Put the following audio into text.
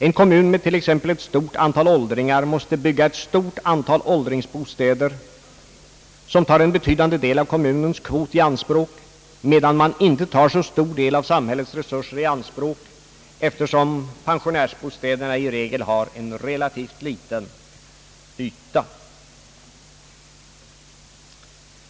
En kommun med t.ex. ett stort antal åldringar måste också bygga ett stort antal åldringsbostäder, som tar en betydande del av kommunens kvot i anspråk, medan man inte tar så stor del av samhällets resurser i anspråk eftersom pensionärsbostäderna i regel har en relativt liten yta.